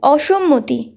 অসম্মতি